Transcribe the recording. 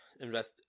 invest